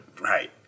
Right